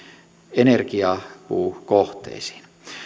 energiapuukohteisiin